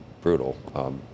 brutal